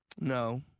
No